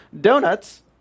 Donuts